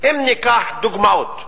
אם ניקח דוגמאות,